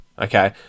okay